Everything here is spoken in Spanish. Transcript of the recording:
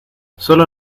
sólo